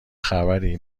خبری